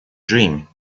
dream